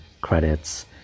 credits